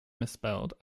misspelled